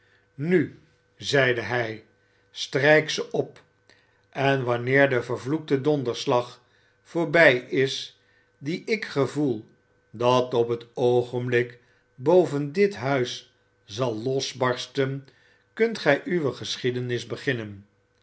nu zeide hij strijk ze op en wanneer de vervloekte donderslag voorbij is dien ik gevoel dat op het oogenblik boven dit huis zal losbarsten kunt gij uwe geschiedenis beginnen